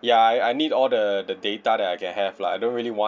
ya I I need all the the data that I can have lah I don't really want